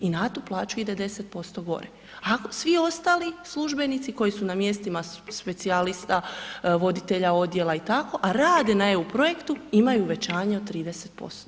I na tu plaću ide 10% gore, a svi ostali službenici koji su na mjestima specijalista, voditelja odjela i tako, a rada na EU projektu imaju uvećanje od 30%